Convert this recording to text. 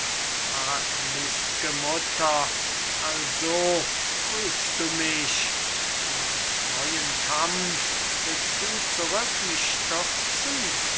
arglist'ge mutter also prüfst du mich in neuen kampf willst du zurück mich